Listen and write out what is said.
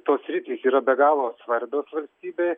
tos sritys yra be galo svarbios valstybei